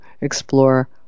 explore